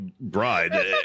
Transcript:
bride